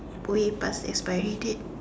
way past expiry date